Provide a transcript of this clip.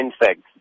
insects